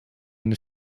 den